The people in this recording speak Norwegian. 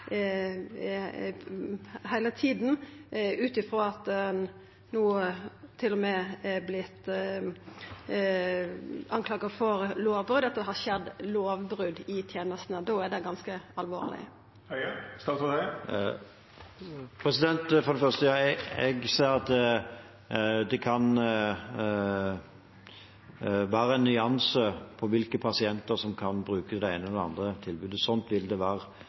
Ut frå det at ein no til og med har vorte skulda for at det har skjedd lovbrot i tenestene, er det ganske alvorleg. Jeg ser at det kan være nyanser når det gjelder hvilke pasienter som kan bruke det ene eller det andre tilbudet, og slik vil det være.